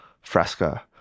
Fresca